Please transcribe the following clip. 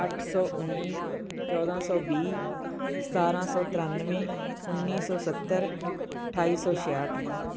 ਅੱਠ ਸੌ ਉੱਨੀ ਚੌਦ੍ਹਾਂ ਸੌ ਵੀਹ ਸਤਾਰ੍ਹਾਂ ਸੌ ਤ੍ਰਿਆਨਵੇਂ ਉੱਨੀ ਸੌ ਸੱਤਰ ਅਠਾਈ ਸੌ ਛਿਆਹਠ